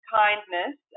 kindness